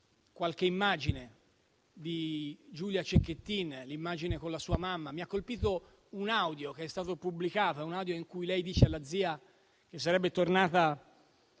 qualche immagine di Giulia Cecchettin, l'immagine con la sua mamma, ad esempio. Mi ha colpito un audio che è stato pubblicato in cui lei dice alla zia che sarebbe tornata